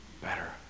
better